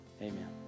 amen